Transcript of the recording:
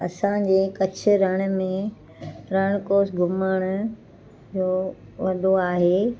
असांजे कच्छ रण में रणकोस घुमण जो वॾो आहे